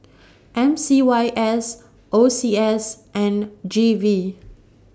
M C Y S O C S and G V